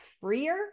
freer